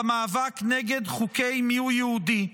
במאבק נגד חוקי מיהו יהודי.